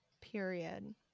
Period